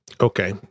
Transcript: Okay